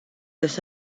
los